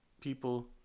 people